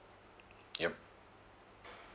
yup